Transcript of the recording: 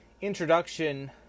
introduction